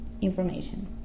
information